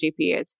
GPUs